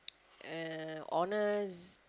and honest